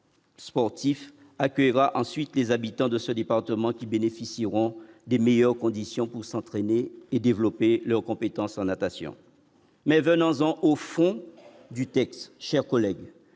sportif accueillera ensuite les habitants de ce département, qui bénéficieront des meilleures conditions pour s'entraîner et développer leurs compétences en natation mais venons-en au fond du texte, chers collègues,